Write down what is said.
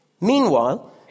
Meanwhile